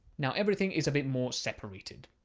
now everything is a bit more separated.